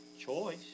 Choice